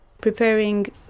preparing